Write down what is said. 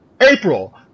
April